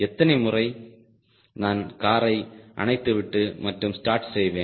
எத்தனை முறை நான் காரை அணைத்துவிட்டு மற்றும் ஸ்டார்ட் செய்வேன்